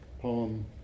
poem